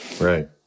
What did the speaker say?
Right